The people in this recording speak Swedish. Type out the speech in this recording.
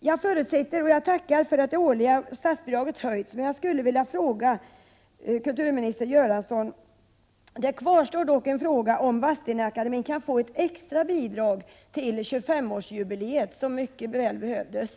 Jag tackar för att det årliga statsbidraget höjts, men jag vill också få ett besked från kulturminister Göransson i frågan om ett extra bidrag skall utbetalas till Vadstena-akademien i samband med 25-årsjubileet. Ett sådant skulle vara mycket behövligt.